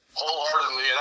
Wholeheartedly